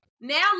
Now